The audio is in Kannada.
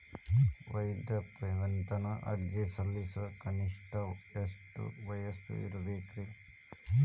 ವೃದ್ಧಾಪ್ಯವೇತನ ಅರ್ಜಿ ಸಲ್ಲಿಸಲು ಕನಿಷ್ಟ ಎಷ್ಟು ವಯಸ್ಸಿರಬೇಕ್ರಿ?